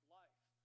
life